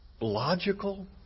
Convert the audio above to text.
logical